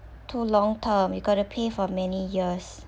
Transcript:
too long term you got to pay for many years